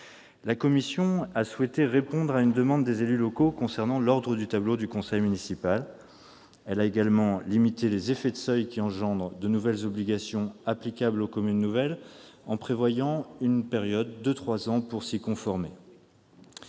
La commission a souhaité répondre à une demande des élus locaux concernant l'ordre du tableau du conseil municipal. Elle a également limité les effets de seuil qui engendrent de nouvelles obligations pour les communes nouvelles en ménageant une période de trois ans pour s'y conformer.